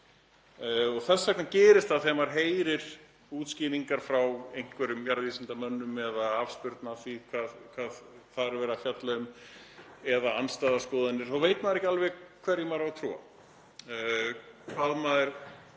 Þess vegna gerist það þegar maður heyrir útskýringar frá einhverjum jarðvísindamönnum eða afspurn af því hvað þar er verið að fjalla um eða andstæðar skoðanir að þá veit maður ekki alveg hverju maður á að trúa, hverju maður